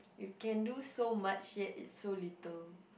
you can do so much yet is so little